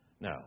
Now